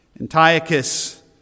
Antiochus